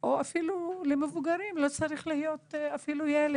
אפילו בפני מבוגרים, לא צריך להיות ילד